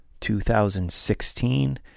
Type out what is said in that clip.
2016